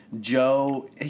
Joe